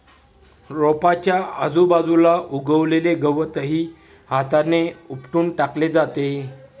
रोपाच्या आजूबाजूला उगवलेले गवतही हाताने उपटून टाकले जाते